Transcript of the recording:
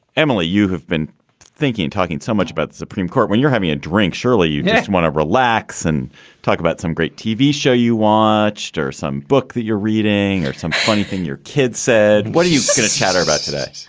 emily, you have been thinking talking so much about supreme court when you're having a drink. surely you want to relax and talk about some great tv show you watched or some book that you're reading or some funny thing your kids said? what do you going to chatter about today?